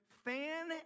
Fan